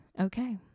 okay